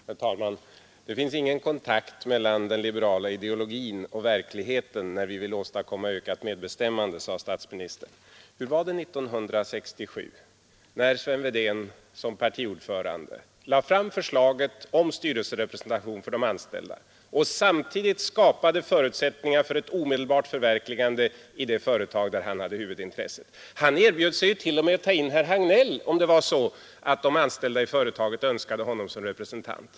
Herr talman! Det finns ingen kontakt mellan den liberala ideologin och verkligheten när vi vill åstadkomma ökat medbestämmande, sade statsministern. Hur var det 1967, när Sven Wedén som partiordförande lade fram förslaget om styrelserepresentation för de anställda och samtidigt skapade förutsättningar för ett omedelbart förverkligande i det företag där han hade huvudintresset? Han erbjöd sig ju t.o.m. att ta in herr Hagnell om det var så att de anställda i företaget önskade honom som representant.